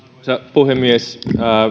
puhemies